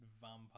vampire